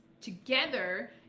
together